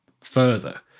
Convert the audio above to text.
further